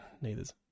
neither's